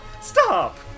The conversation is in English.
Stop